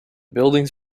buildings